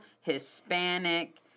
Hispanic